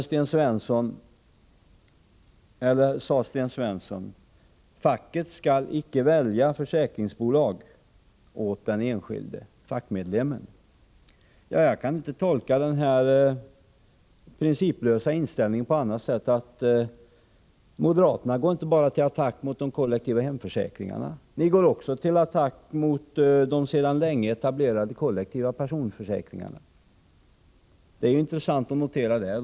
Sten Svensson sade: Facket skall icke välja försäkringsbolag åt den enskilde fackmedlemmen. Ja, jag kan inte tolka den här principlösa inställningen på annat sätt än så, att ni moderater går inte bara till attack mot de kollektiva hemförsäkringarna — ni går också till attack mot de sedan länge etablerade kollektiva personförsäkringarna. Det är intressant att notera detta.